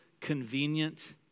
convenient